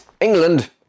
England